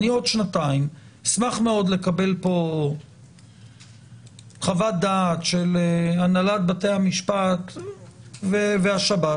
עוד שנתיים אשמח לקבל פה חוות דעת של הנהלת בתי המשפט והשב"ס,